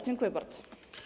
Dziękuję bardzo.